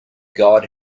god